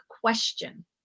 question